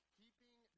keeping